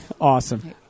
awesome